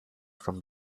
from